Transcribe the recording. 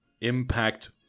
impact